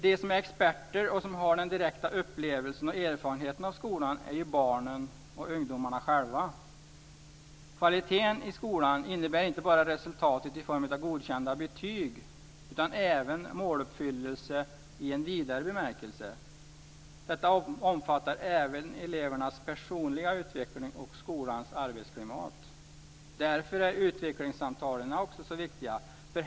De som är experter och som har den direkta upplevelsen och erfarenheten av skolan är ju barnen och ungdomarna själva. Kvalitet i skolan innebär inte bara resultat i form av godkända betyg utan även måluppfyllelse i en vidare bemärkelse. Detta omfattar även elevernas personliga utveckling och skolans arbetsklimat. Därför är utvecklingssamtalen så viktiga.